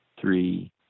three